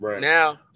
now –